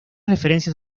referencias